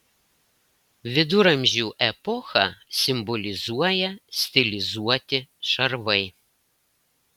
viduramžių epochą simbolizuoja stilizuoti šarvai